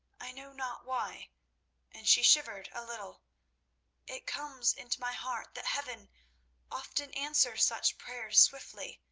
i know not why and she shivered a little it comes into my heart that heaven often answers such prayers swiftly.